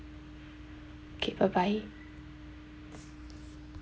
okay bye bye